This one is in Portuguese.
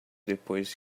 depois